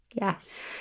Yes